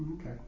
Okay